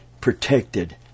protected